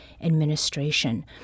Administration